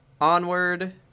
Onward